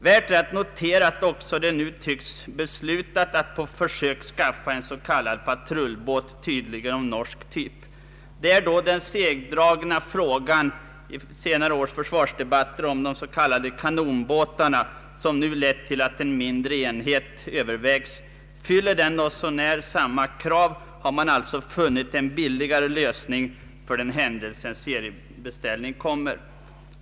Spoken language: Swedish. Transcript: Värt att notera är också att det nu tycks beslutat att på försök skaffa en s.k. patrullbåt, tydligen av norsk typ. Det innebär att den segdragna frågan i de senare årens försvarsdebatter om de s.k. kanonbåtarna nu lett till att en mindre enhet övervägs. Fyller den något så när samma krav, har man alltså funnit en billigare lösning för den händelse en seriebeställning kommer.